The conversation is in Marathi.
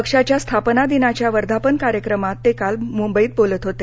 पक्षाच्या स्थापना दिनाच्या वर्धापन कार्यक्रमात ते काल मुंबईत बोलत होते